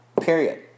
Period